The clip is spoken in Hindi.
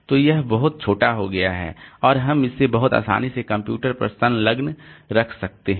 तो यह बहुत छोटा हो गया है और हम इसे बहुत आसानी से कंप्यूटर पर संलग्न रख सकते हैं